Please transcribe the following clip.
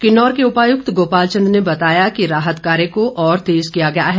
किन्नौर के उपायुक्त गोपालचंद ने बताया कि राहत कार्य को और तेज किया गया है